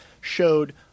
showed